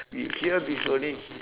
you here it's only